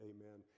Amen